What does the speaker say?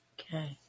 Okay